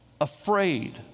afraid